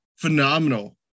phenomenal